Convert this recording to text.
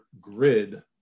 grid